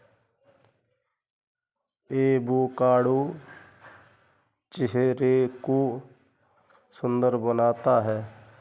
avocado चेहरे को सुंदर बनाता है